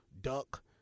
duck